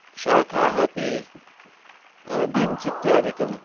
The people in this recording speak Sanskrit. शाखाः अपि बीन्स् इत्यादिकम्